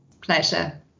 Pleasure